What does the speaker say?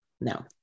no